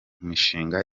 mishinga